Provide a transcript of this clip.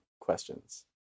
questions